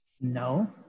No